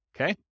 Okay